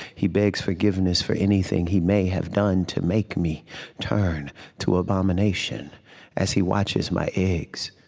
he begs forgiveness for anything he may have done to make me turn to abomination as he watches my eggs,